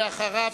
אחריו,